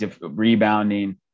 rebounding